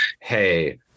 hey